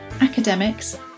academics